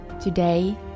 Today